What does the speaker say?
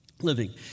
Living